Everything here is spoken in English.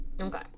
okay